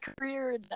career